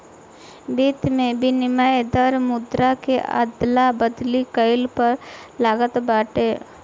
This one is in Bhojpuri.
वित्त में विनिमय दर मुद्रा के अदला बदली कईला पअ लागत बाटे